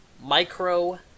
Micro